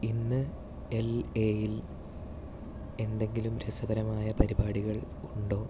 ഇന്ന് എൽഎയിൽ എന്തെങ്കിലും രസകരമായ പരിപാടികൾ ഉണ്ടോ